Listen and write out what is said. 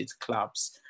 clubs